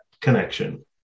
connection